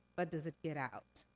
but does it get out?